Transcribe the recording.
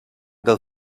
del